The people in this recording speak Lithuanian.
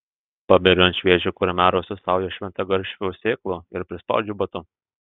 paberiu ant šviežio kurmiarausio saują šventagaršvių sėklų ir prispaudžiu batu